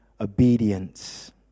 obedience